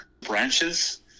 branches